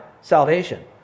salvation